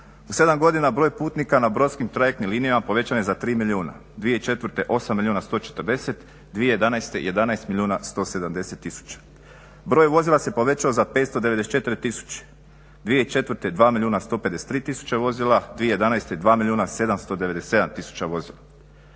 U 7 godina broj putnika na brodskim trajektnim linijama povećan je za 3 milijuna. 2004. 8 milijuna 140, 2011. 11 milijuna 170 tisuća. Broj vozila se povećao za 594 tisuće, 2004. 2 milijuna 153 tisuće vozila, 2011. 2 milijuna 797 tisuća vozila.